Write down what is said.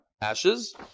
ashes